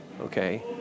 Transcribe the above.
Okay